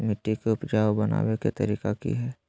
मिट्टी के उपजाऊ बनबे के तरिका की हेय?